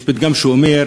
יש פתגם שאומר: